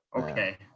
okay